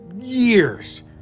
years